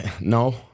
No